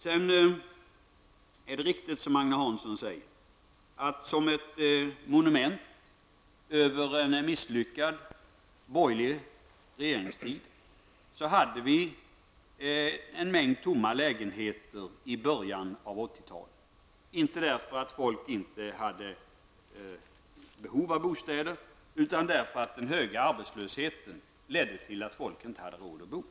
Det är riktigt, som Agne Hansson säger, att som ett monument över en misslyckad borgerlig regeringstid hade vi en mängd tomma lägenheter i början av 80-talet, inte därför att människor inte hade behov av bostäder, utan därför att den höga arbetslösheten ledde till att människor inte hade råd att bo.